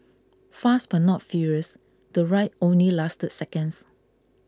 fast but not furious the ride only lasted seconds